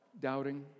doubting